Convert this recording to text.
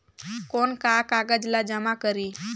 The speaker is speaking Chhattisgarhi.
कौन का कागज ला जमा करी?